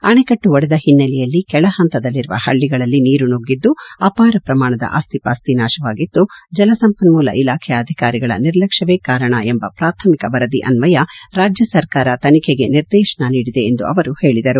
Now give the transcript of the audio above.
ಅಣೆಕಟ್ಟು ಒಡೆದ ಹಿನ್ನೆಲೆಯಲ್ಲಿ ಕೆಳಹಂತದಲ್ಲಿರುವ ಹಳ್ಳಿಗಳಲ್ಲಿ ನೀರು ನುಗ್ಗಿದ್ದು ಅಪಾರ ಪ್ರಮಾಣದ ಆಸ್ತಿ ಪಾಸ್ತಿ ನಾಶವಾಗಿದ್ದು ಜಲಸಂಪನ್ಮೂಲ ಇಲಾಖೆಯ ಅಧಿಕಾರಿಗಳ ನಿರ್ಲಕ್ಷ್ಮವೇ ಕಾರಣ ಎಂಬ ಪ್ರಾಥಮಿಕ ವರದಿ ಅನ್ವಯ ರಾಜ್ಯ ಸರ್ಕಾರ ತನಿಖೆಗೆ ನಿರ್ದೇಶನ ನೀಡಿದೆ ಎಂದು ಅವರು ಹೇಳಿದರು